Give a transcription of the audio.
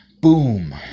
boom